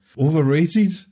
overrated